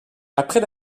après